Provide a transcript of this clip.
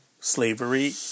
slavery